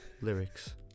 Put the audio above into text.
lyrics